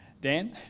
Dan